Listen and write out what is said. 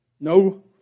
No